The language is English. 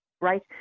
right